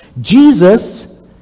Jesus